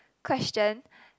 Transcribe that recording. question